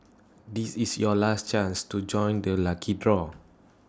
this is your last chance to join the lucky draw